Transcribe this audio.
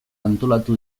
antolatu